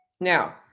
Now